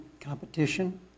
competition